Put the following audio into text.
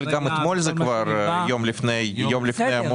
אבל גם אתמול זה כבר יום לפני המועד.